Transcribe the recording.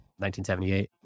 1978